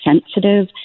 sensitive